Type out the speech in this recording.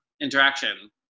interaction